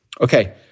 Okay